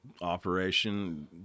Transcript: operation